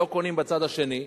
לא קונים בצד השני.